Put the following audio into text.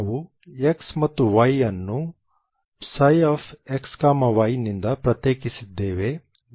ನಾವು x ಮತ್ತು y ಅನ್ನು ψxy ನಿಂದ ಪ್ರತ್ಯೇಕಿಸಿದ್ದೇವೆ